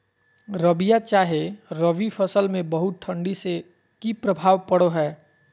रबिया चाहे रवि फसल में बहुत ठंडी से की प्रभाव पड़ो है?